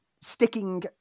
Sticking